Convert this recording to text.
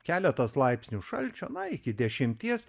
keletas laipsnių šalčio na iki dešimties